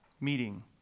meeting